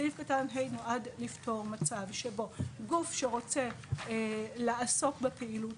סעיף קטן (ה) נועד לפתור מצב שבו גוף שרוצה לעסוק בפעילות